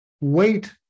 wait